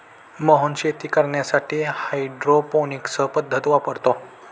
मोहन शेती करण्यासाठी हायड्रोपोनिक्स पद्धत वापरतो